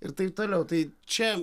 ir taip toliau tai čia